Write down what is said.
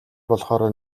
болохоороо